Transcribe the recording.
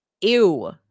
Ew